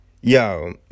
Yo